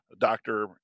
doctor